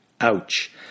Ouch